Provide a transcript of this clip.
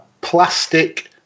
plastic